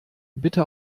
bitte